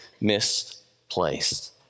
misplaced